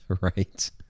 right